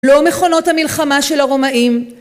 לא מכונות המלחמה של הרומאים